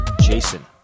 Jason